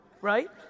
right